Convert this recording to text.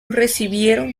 recibieron